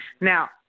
Now